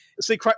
see